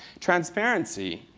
transparency,